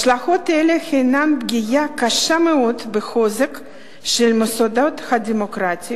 השלכות אלה הן פגיעה קשה מאוד הן בחוזק של המוסדות הדמוקרטיים,